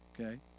okay